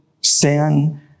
sin